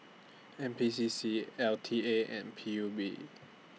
N P C C L T A and P U B